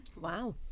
wow